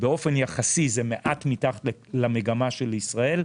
באופן יחסי זה מעט מתחת למגמה של ישראל,